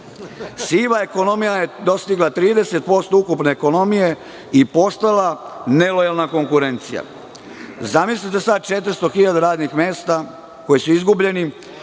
ekonomija je dostigla 30% ukupne ekonomije i postala nelojalna konkurencija. Zamislite sad 400 hiljada radnih mesta koji su izgubljeni